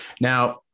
Now